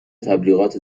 تبلیغات